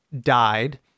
died—